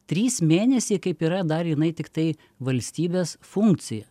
trys mėnesiai kaip yra dar jinai tiktai valstybės funkcija